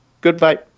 Goodbye